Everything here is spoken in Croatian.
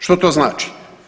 Što to znači?